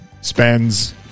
spends